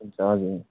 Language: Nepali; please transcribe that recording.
हुन्छ हजुर